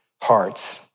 hearts